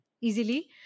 easily